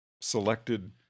selected